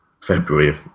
February